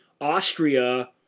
austria